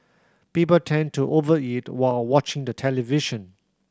people tend to over eat while watching the television